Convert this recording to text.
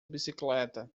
bicicleta